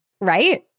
Right